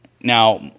Now